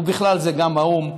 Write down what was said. ובכלל זה האו"ם,